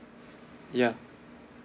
yeah